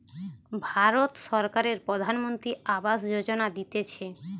ভারত সরকারের প্রধানমন্ত্রী আবাস যোজনা দিতেছে